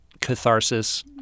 catharsis